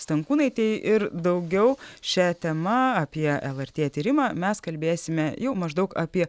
stankūnaitei ir daugiau šia tema apie lrt tyrimą mes kalbėsime jau maždaug apie